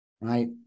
right